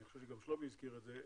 אני חושב שגם שלומי הזכיר את זה,